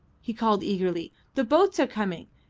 he called, eagerly. the boats are coming.